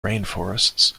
rainforests